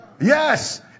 Yes